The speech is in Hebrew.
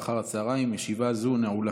הישיבה הבאה